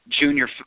junior